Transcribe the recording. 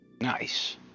Nice